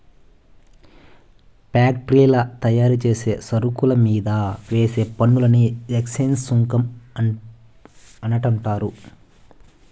ఫ్యాక్టరీల్ల తయారుచేసే సరుకుల మీంద వేసే పన్నుని ఎక్చేంజ్ సుంకం అంటండారు